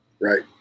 Right